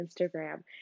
Instagram